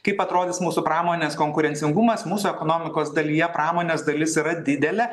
kaip atrodys mūsų pramonės konkurencingumas mūsų ekonomikos dalyje pramonės dalis yra didelė